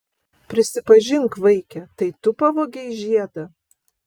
prisipažink vaike tai tu pavogei žiedą